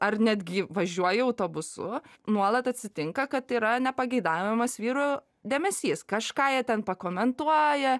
ar netgi važiuoji autobusu nuolat atsitinka kad yra nepageidaujamas vyrų dėmesys kažką jie ten pakomentuoja